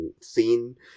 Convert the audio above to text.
scene